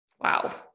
Wow